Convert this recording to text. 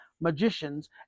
magicians